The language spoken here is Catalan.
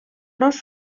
los